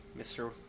Mr